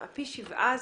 ה-פי שבעה האלה,